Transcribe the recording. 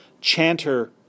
chanter